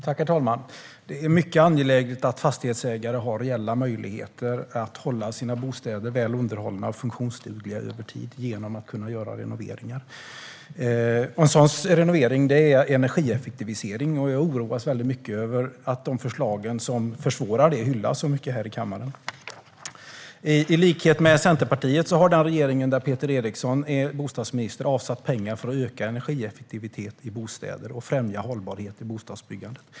Herr talman! Det är mycket angeläget att fastighetsägare har reella möjligheter att hålla sina bostäder väl underhållna och funktionsdugliga över tid genom att kunna göra renoveringar. En sådan renovering är energieffektivisering. Jag oroas väldigt mycket över att de förslag som försvårar det hyllas så mycket här i kammaren. I likhet med Centerpartiet har den regering där Peter Eriksson är bostadsminister avsatt pengar för att öka energieffektiviteten i bostäder och främja hållbarhet i bostadsbyggandet.